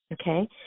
Okay